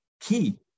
key